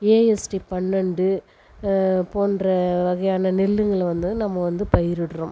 AST பன்னினெண்டு போன்ற வகையான நெல்லுங்களை வந்து நம்ம வந்து பயிரிட்கிறோம்